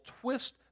twist